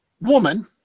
woman